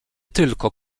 tylko